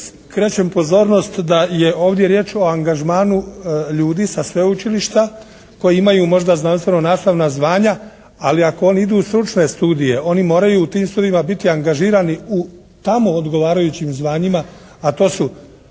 skrećem pozornost da je ovdje riječ o angažmanu ljudi sa sveučilišta koji imaju možda znanstveno nastavna zvanja, ali ako oni idu u stručne studije, oni moraju u tim studijima biti angažirani u tamo odgovarajućim zvanjima. A to su